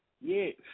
Yes